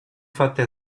fatte